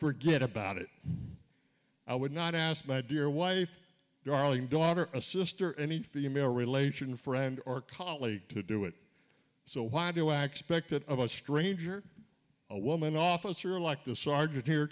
forget about it i would not ask my dear wife darling daughter a sister any female relation friend or colleague to do it so why do i expect it of a stranger a woman officer like the sergeant here